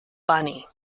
bunny